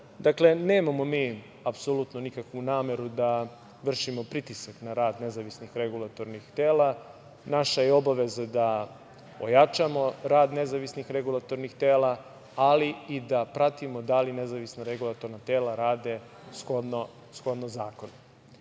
finansije, nemamo mi apsolutno nikakvu nameru da vršimo pritisak na rad nezavisnih regulatornih tela. Naša je obaveza da ojačamo rad nezavisnih regulatornih tela, ali i da pratimo da li nezavisna regulatorna tela rade shodno zakonu. Imao